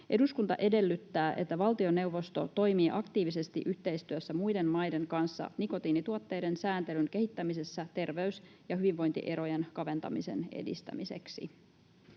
”Eduskunta edellyttää, että valtioneuvosto toimii aktiivisesti yhteistyössä muiden maiden kanssa nikotiinituotteiden sääntelyn kehittämisessä terveys- ja hyvinvointierojen kaventamisen edistämiseksi.”